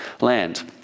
land